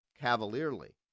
cavalierly